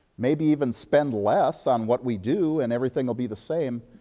maybe even spend less on what we do and everything will be the same,